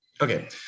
okay